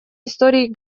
истории